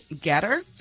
Getter